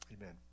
amen